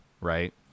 right